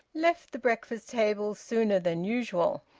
left the breakfast-table sooner than usual,